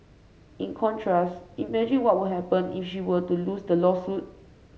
in contrast imagine what would happen if she were to lose the lawsuit